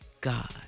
God